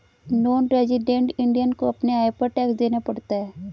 non resident Indian को अपने आय पर टैक्स देना पड़ता है